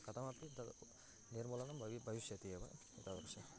कथमपि तद् निर्मूलनं बवि भविष्यति एव एतादृशः